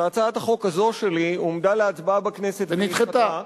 שהצעת החוק הזו שלי הועמדה להצבעה בכנסת, ונדחתה.